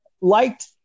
liked